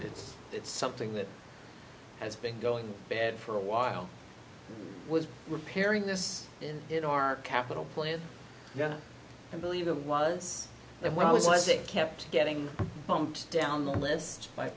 it's it's something that has been going bad for a while was repairing this in in our capital plan i believe it was there was it kept getting bumped down the list by